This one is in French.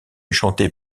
chantée